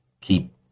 keep